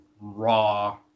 raw